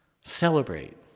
Celebrate